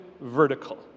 vertical